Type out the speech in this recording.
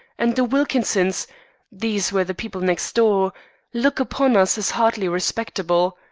and the wilkinsons' these were the people next door look upon us as hardly respectable.